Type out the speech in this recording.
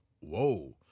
whoa